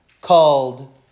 called